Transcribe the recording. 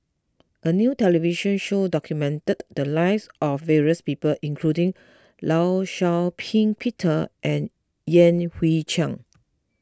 a new television show documented the lives of various people including Law Shau Ping Peter and Yan Hui Chang